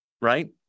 right